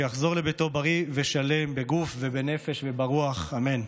שיחזור לביתו בריא ושלם בגוף ובנפש וברוח, אמן.